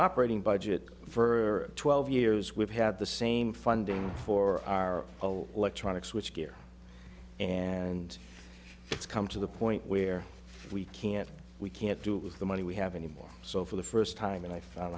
operating budget for twelve years we've had the same funding for our old electronic switch gear and it's come to the point where we can't we can't do it with the money we have anymore so for the first time in i f